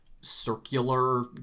circular